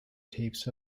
tapes